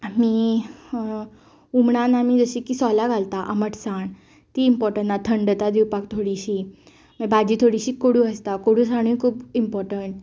आमी हुमणान मीट हळद हुमणान जशे की आमी सोलां घालता आमटसाण ती इमपोर्टंट आसा थंडता दिवपाक थोडीशी मागी भाजी थोडीशी कोडू आसता कोडुसाणूय खूब इमपोर्टंट